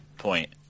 point